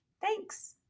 thanks